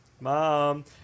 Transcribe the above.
Mom